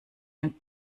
ein